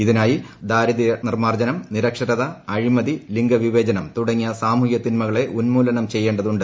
ഇതിനായി ദാരിദ്ര്യ നിർമ്മാർജ്ജനം നിരക്ഷരത അഴിമതി ലിംഗ വിവേചനം തുടങ്ങിയ സാമൂഷ്ട്രീക തിന്മകളെ ഉന്മൂലനം ചെയ്യേണ്ടതുണ്ട്